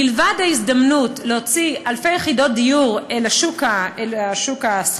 מלבד ההזדמנות להוציא אלפי יחידות דיור לשוק השכירות,